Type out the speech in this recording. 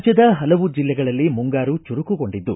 ರಾಜ್ಯದ ಹಲವು ಜಿಲ್ಲೆಗಳಲ್ಲಿ ಮುಂಗಾರು ಚುರುಕುಗೊಂಡಿದ್ದು